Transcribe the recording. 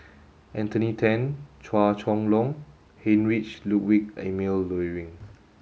Anthony Then Chua Chong Long Heinrich Ludwig Emil Luering